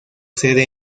sede